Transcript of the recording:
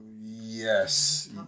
yes